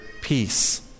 peace